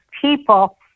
people